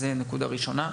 זו הנקודה הראשונה.